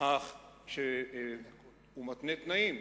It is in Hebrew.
אך כשהוא מתנה תנאים